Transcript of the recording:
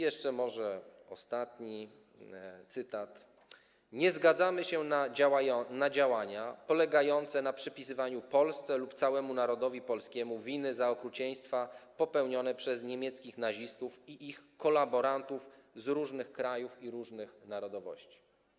Jeszcze ostatni cytat: „Nie zgadzamy się na działania polegające na przypisywaniu Polsce lub całemu narodowi polskiemu winy za okrucieństwa popełnione przez niemieckich nazistów i ich kolaborantów z różnych krajów i różnych narodowości.